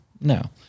No